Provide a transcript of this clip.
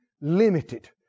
limited